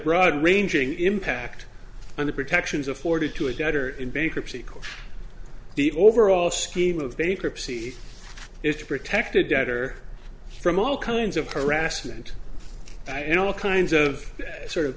broad ranging impact on the protections afforded to a debtor in bankruptcy court the overall scheme of bankruptcy is to protect a debtor from all kinds of harassment and all kinds of sort of